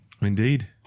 Indeed